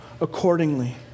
accordingly